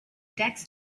tax